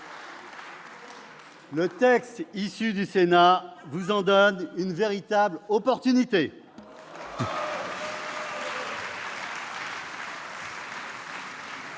des travaux du Sénat vous en donne une véritable opportunité